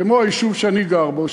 כמו היישוב שאני גר בו,